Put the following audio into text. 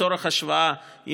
לצורך השוואה,